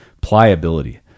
Pliability